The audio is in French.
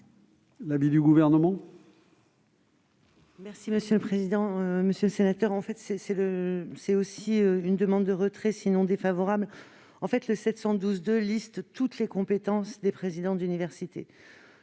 l'avis du Gouvernement ?